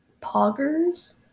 Poggers